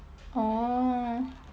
oh